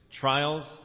trials